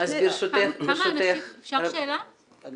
ברשותך, מה שאני